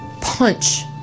punch